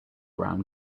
brown